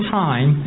time